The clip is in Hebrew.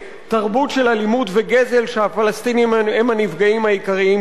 תרבות של אלימות וגזל שהפלסטינים הם הנפגעים העיקריים שלה".